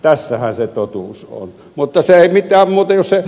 tässähän se totuus on